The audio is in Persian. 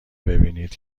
ببینید